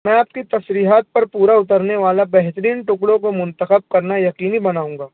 میں آپ کی تفریحات پر پورا اترنے والا بہترین ٹکڑوں کو منتخب کرنا یقینی بناؤں گا